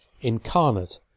incarnate